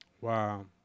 Wow